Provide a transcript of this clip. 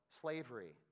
slavery